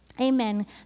Amen